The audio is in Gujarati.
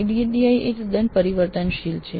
ADDIE તદ્દન પરિવર્તનશીલ છે